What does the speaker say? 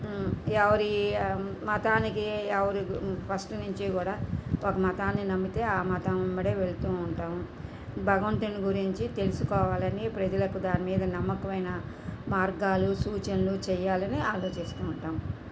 ఎవరి మతానికి ఎవరు ఫస్ట్ నుంచి కూడా ఒక మతాన్ని నమ్మితే ఆ మతం వెంబడే వెళ్తూ ఉంటాము భగవంతుడిని గురించి తెలుసుకోవాలని ప్రజలకు దానిమీద నమ్మకమైన మార్గాలు సూచనలు చేయ్యాలని ఆలోచిస్తూ ఉంటాం